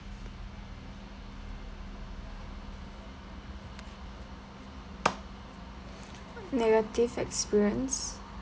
negative experience